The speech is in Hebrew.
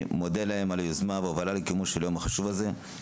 אני מודה להם על היוזמה ועל ההובלה לקיומו של היום החשוב הזה.